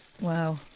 Wow